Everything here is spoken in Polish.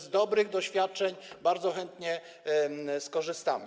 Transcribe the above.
Z dobrych doświadczeń bardzo chętnie skorzystamy.